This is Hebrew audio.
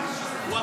בן